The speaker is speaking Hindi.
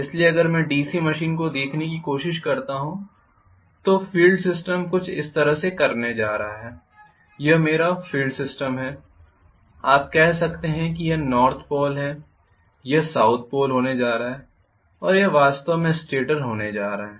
इसलिए अगर मैं डीसी मशीन को देखने की कोशिश करता हूं तो फील्ड सिस्टम कुछ इस तरह से करने जा रहा है यह मेरा फील्ड सिस्टम है आप कह सकते हैं कि यह नॉर्थ पोल है यह साउथ पोल होने जा रहा है और यह वास्तव में स्टेटर होने जा रहा है